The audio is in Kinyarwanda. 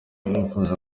arifuza